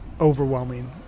overwhelming